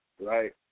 right